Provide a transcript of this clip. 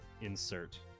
insert